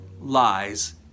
lies